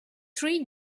three